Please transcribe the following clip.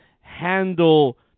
handle